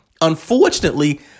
Unfortunately